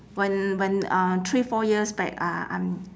when when uh three four years back uh I'm